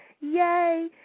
yay